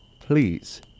Please